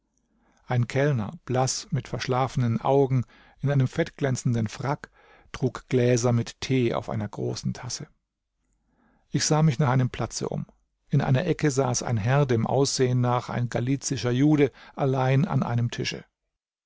ein kellner blaß mit verschlafenen augen in einem fettglänzenden frack trug gläser mit tee auf einer großen tasse ich sah mich nach einem platze um in einer ecke saß ein herr dem aussehen nach ein galizischer jude allein an einem tische